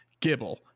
Gibble